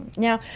now,